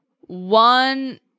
one